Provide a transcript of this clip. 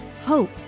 hope